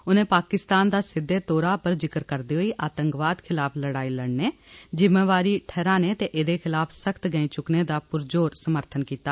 उनें पाकिस्तान दा सिद्दे तौर उप्पर जिक्र करदे होई आतंकवाद खलाफ लड़ाई लड़ने जिम्मेवारी ठहराने ते एहदे खलाफ सख्त गैंई चुक्कने दा पुरज़ोर समर्थन कीता